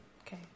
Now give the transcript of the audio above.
Okay